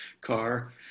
car